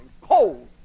cold